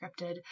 scripted